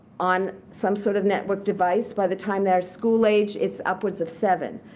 on some sort of network device. by the time they're school age, it's upwards of seven.